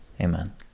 Amen